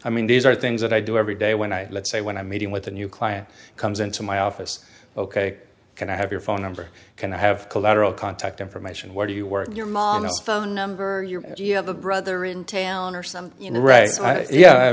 i mean these are things that i do every day when i let's say when i'm meeting with a new client comes into my office ok can i have your phone number can i have collateral contact information where do you work your mama's phone number your you have a brother in town or some you know right yeah i